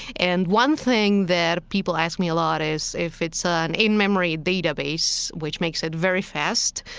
and one thing that people ask me a lot is if it's ah an in-memory database, which makes it very fast,